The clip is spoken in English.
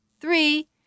Three